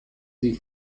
sie